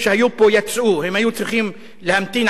הם היו צריכים להמתין עד שאנחנו נסיים,